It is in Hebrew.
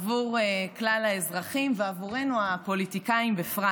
עבור כלל האזרחים ועבורנו הפוליטיקאים בפרט.